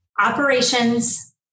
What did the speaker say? operations